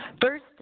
first